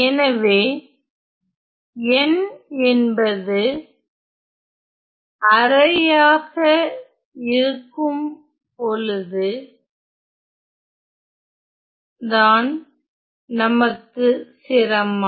எனவே n என்பது அரையாக இருக்கும் பொழுது தான் நமக்கு சிரமம்